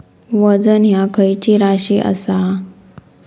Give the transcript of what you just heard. वजन ह्या खैची राशी असा?